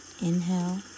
Inhale